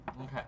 Okay